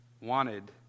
wanted